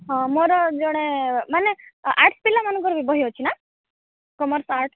ହଁ ମୋର ଜଣେ ମାନେ ଆର୍ଟସ୍ ପିଲାମାନଙ୍କର ବି ବହି ଅଛିନା କମର୍ସ ଆର୍ଟସ୍